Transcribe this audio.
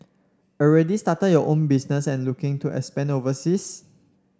already started your own business and looking to expand overseas